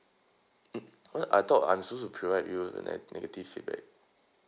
mm eh I thought I'm supposed to provide you the neg~ negative feedback